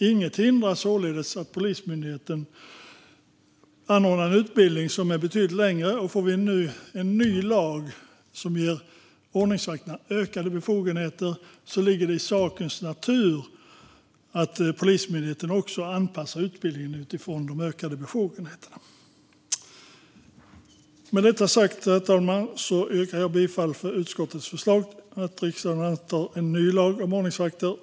Inget hindrar således att Polismyndigheten anordnar en utbildning som är betydligt längre. Om vi nu får en ny lag som ger ordningsvakter ökade befogenheter ligger det i sakens natur att Polismyndigheten också anpassar utbildningen utifrån dessa utökade befogenheter. Med detta sagt, herr talman, yrkar jag bifall till utskottets förslag att riksdagen ska anta en ny lag om ordningsvakter.